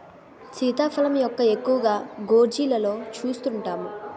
సీతాఫలం మొక్క ఎక్కువగా గోర్జీలలో సూస్తుంటాము